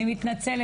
אני מתנצלת.